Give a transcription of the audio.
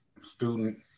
student